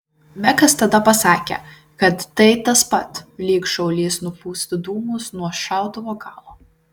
mekas tada pasakė kad tai tas pat lyg šaulys nupūstų dūmus nuo šautuvo galo